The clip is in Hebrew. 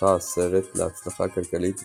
זכה הסרט להצלחה כלכלית,